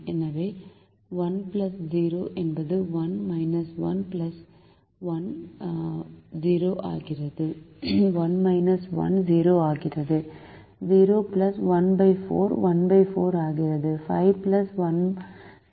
எனவே 1 0 என்பது 1 1 1 0 ஆகிறது 1 1 0 ஆகிறது 0 14 14 ஆகிறது 5 1 6 ஆகிறது